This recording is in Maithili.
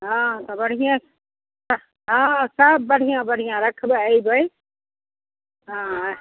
हँ तऽ बढिये हँ सब बढिऑं बढिऑं रखबे अयबै हँ